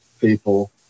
people